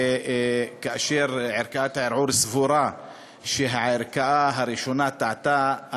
כאשר ערכאת הערעור סבורה שהערכאה הראשונה טעתה,